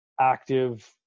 Active